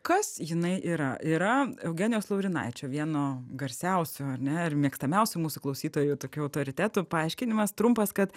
kas jinai yra yra eugenijaus laurinaičio vieno garsiausių ar ne ir mėgstamiausių mūsų klausytojų tokių autoritetų paaiškinimas trumpas kad